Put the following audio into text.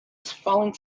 falling